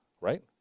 right